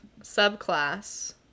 subclass